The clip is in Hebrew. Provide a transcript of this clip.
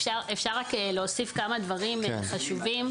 אם אפשר להוסיף כמה דברים חשובים.